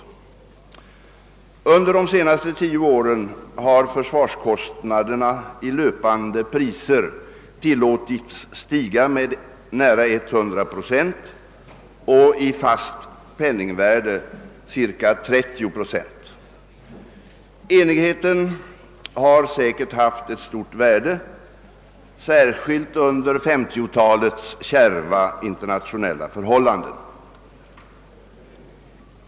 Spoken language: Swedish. Under de senaste tio åren har försvarskostnaderna i löpande priser tillåtits stiga med nära 100 procent och i fast penningvärde med cirka 30 procent. Enigheten har säkerligen haft ett stort värde, särskilt under 1950-talets kärva internationella förhållanden.